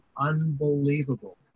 unbelievable